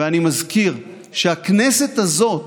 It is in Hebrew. ואני מזכיר שהכנסת הזאת,